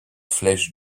flèches